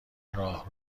راه